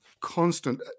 constant